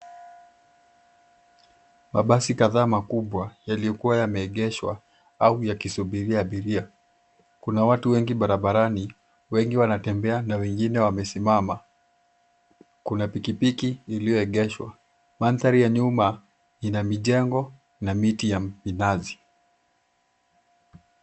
Mabasi kadhaa makubwa yaliyokuwa yameegeshwa au yakisubiria abiria. Kuna watu wengi barabarani, wengi wanatembea na wengine wamesimama. Kuna pikipiki iliyoegeshwa. Mandhari ya nyuma ina mijengo na miti ya minazi.